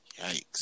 Yikes